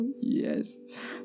Yes